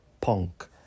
punk